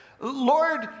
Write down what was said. Lord